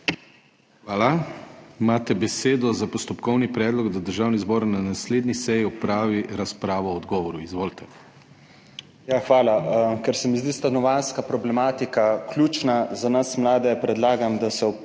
Hvala. Želite besedo za postopkovni predlog, da Državni zbor na naslednji seji opravi razpravo o odgovoru? Izvolite.